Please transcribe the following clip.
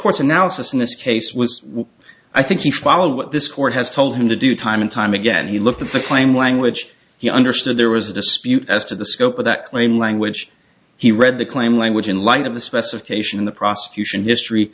court's analysis in this case was i think you follow what this court has told him to do time and time again he looked at the claim language he understood there was a dispute as to the scope of that claim language he read the claim language in light of the specification in the prosecution history